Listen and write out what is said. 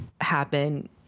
happen